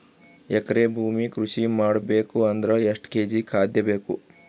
ಎಕರೆ ಭೂಮಿ ಕೃಷಿ ಮಾಡಬೇಕು ಅಂದ್ರ ಎಷ್ಟ ಕೇಜಿ ಖಾದ್ಯ ಬೇಕು?